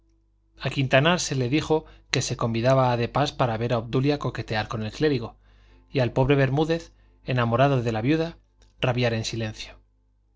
a quintanar se le dijo que se convidaba a de pas para ver a obdulia coquetear con el clérigo y al pobre bermúdez enamorado de la viuda rabiar en silencio